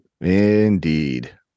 Indeed